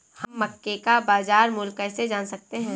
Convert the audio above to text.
हम मक्के का बाजार मूल्य कैसे जान सकते हैं?